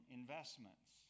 investments